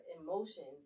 emotions